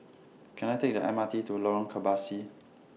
Can I Take The M R T to Lorong Kebasi